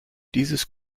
dieses